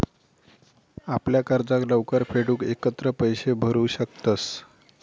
आपल्या कर्जाक लवकर फेडूक एकत्र पैशे भरू शकतंस